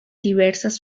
diversas